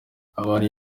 abantu